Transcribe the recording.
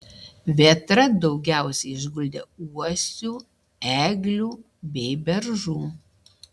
vėtra daugiausiai išguldė uosių eglių bei beržų